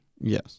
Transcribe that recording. Yes